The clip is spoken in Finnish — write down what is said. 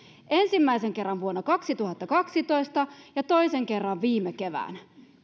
ensimmäisen kerran vuonna kaksituhattakaksitoista ja toisen kerran viime keväänä